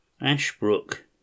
Ashbrook